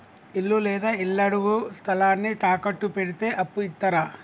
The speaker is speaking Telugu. ఇల్లు లేదా ఇళ్లడుగు స్థలాన్ని తాకట్టు పెడితే అప్పు ఇత్తరా?